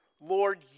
Lord